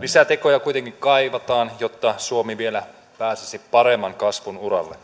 lisätekoja kuitenkin kaivataan jotta suomi vielä pääsisi paremman kasvun uralle